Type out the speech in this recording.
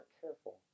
careful